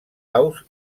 aus